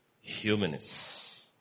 Humanists